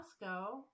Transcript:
Moscow